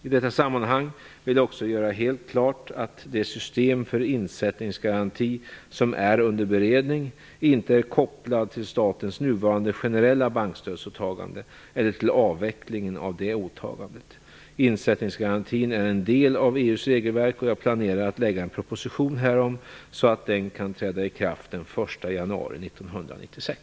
I detta sammanhang vill jag också göra helt klart att det system för insättningsgaranti som är under beredning inte är kopplat till statens nuvarande generella bankstödsåtagande eller till avvecklingen av det åtagandet. Insättningsgarantin är en del av EU:s regelverk, och jag planerar att lägga fram en proposition härom så att den kan träda i kraft den 1 januari 1996.